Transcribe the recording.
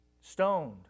stoned